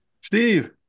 Steve